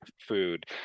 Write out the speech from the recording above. food